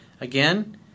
Again